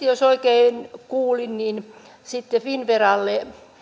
jos oikein kuulin niin sitten finnveralle